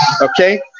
Okay